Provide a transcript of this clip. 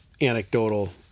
anecdotal